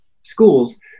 schools